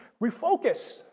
refocus